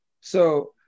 So-